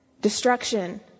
Destruction